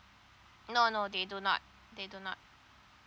no no they do not they do not